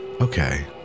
Okay